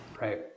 Right